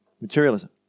materialism